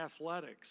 athletics